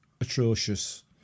atrocious